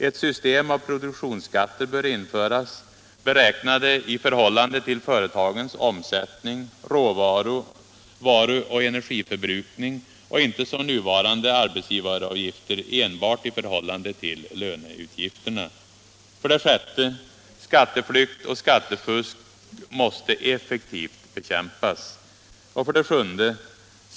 Ett system av produktionsskatter bör införas, beräknade i förhållande till företagens omsättning samt råvaruoch energiförbrukning och inte som vid beräkningen av nuvarande arbetsgivaravgifter enbart i förhållande till löneutgifterna. 6. Skatteflykt och skattefusk måste effektivt bekämpas. 7.